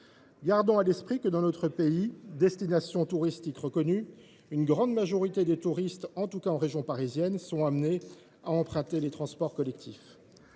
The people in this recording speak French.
Gardons aussi à l’esprit que notre pays est une destination touristique reconnue. Or une grande majorité des visiteurs, en tout cas en région parisienne, sont amenés à emprunter les transports collectifs.